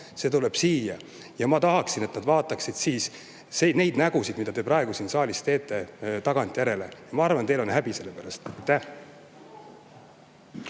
see tuleb siia. Ma tahaksin, et nad vaataksid siis neid nägusid, mida te praegu siin saalis teete. Tagantjärele, ma arvan, teil on häbi selle pärast.